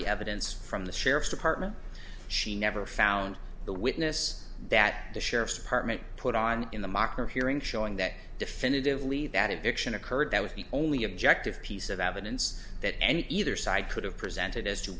the evidence from the sheriff's department she never found the witness that the sheriff's department put on in the mocker hearing showing that definitively that eviction occurred that was the only objective piece of evidence that any either side could have presented as to